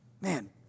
Man